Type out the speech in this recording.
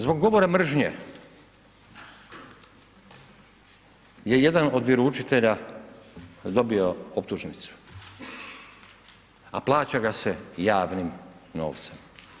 Zbog govora mržnje je jedan od vjeroučitelja dobio optužnicu, a plaća ga se javnim novcem.